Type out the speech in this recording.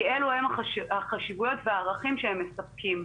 כי אלו הן החשיבות והערכים שהם מספקים.